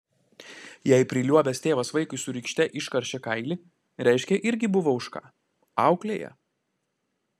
jei priliuobęs tėvas vaikui su rykšte iškaršė kailį reiškia irgi buvo už ką auklėja